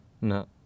No